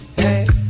hey